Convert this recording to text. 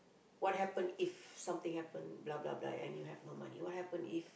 what happen if something happen blah blah blah and you have no money what happen if